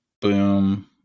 boom